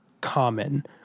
common